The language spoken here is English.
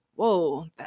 whoa